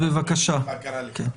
בבקשה, אדוני.